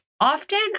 often